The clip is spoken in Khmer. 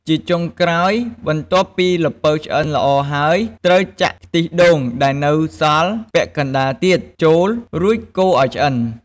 ជាចុងក្រោយ បន្ទាប់ពីល្ពៅឆ្អិនល្អហើយ ត្រូវចាក់ខ្ទិះដូងដែលនៅសល់ពាក់កណ្តាលទៀតចូល រួចកូរឱ្យឆ្អិន។